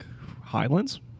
Highlands